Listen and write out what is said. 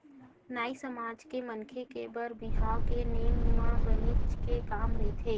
नाई समाज के मनखे के बर बिहाव के नेंग म बनेच के काम रहिथे